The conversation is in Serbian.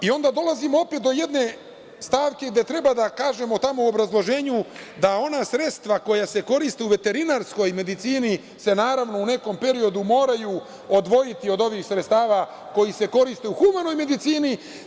I onda, dolazimo opet do jedne stavke, gde treba da kažemo tamo u obrazloženju da ona sredstva koja se koriste u veterinarskoj medicini, se naravno u nekom periodu moraju odvojiti od ovih sredstava koji se koriste u humanoj medicini.